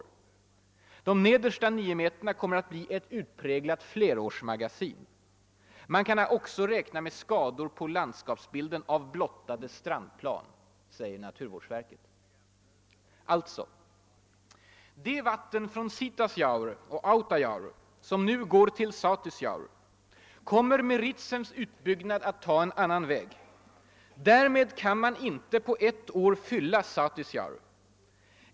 De nedersta nio meterna kommer att bli »ett utpräglat flerårsmagasin». Man kan också räkna med skador på landskapsbilden »av blottade strandplan«, säger naturvårdsverket. Alltså: det vatten från Sitasjaure och Autajaure, som nu går till Satisjaure, kommer med Ritsems utbyggnad att ta en annan väg. Därmed kan man inte på ett år fylla Satisjaure.